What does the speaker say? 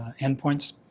endpoints